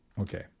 Okay